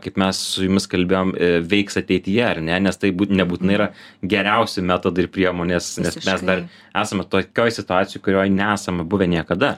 kaip mes su jumis kalbėjom veiks ateityje ar ne nes tai nebūtinai yra geriausi metodai ir priemonės nes mes dar esame tokioj situacijoj kurioj nesame buvę niekada